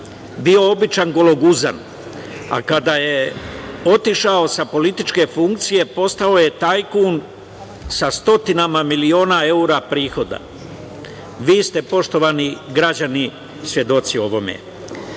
bio običan gologuzan, a kada je otišao sa političke funkcije, postao je tajkun sa stotinama miliona evra prihoda. Vi ste, poštovani građani, svedoci ovome. Đilas